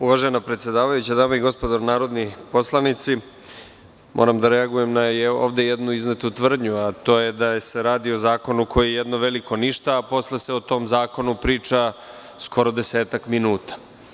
Uvažena predsedavajuća, dame i gospodo narodni poslanici, moram da reagujem na ovde jednu iznetu tvrdnju, a to je da se radi o zakoni koji je jedno veliko ništa, a posle se o tom zakonu priča skoro desetak minuta.